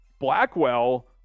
Blackwell